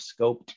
scoped